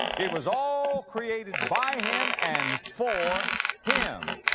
it was all created by him and for him.